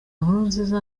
nkurunziza